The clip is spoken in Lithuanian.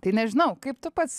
tai nežinau kaip tu pats